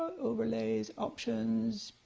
overlays, options,